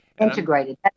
Integrated